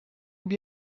bien